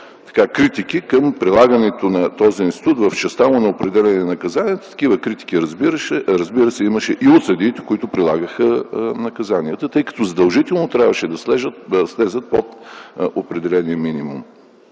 критики към прилагането на този институт в частта му на определяне на наказанията. Такива критики, разбира се, имаше и от съдиите, които прилагаха наказанията, тъй като задължително трябваше да слязат под определения минимум.